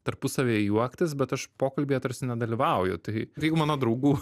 tarpusavyje juoktis bet aš pokalbyje tarsi nedalyvauju tai irgi mano draugų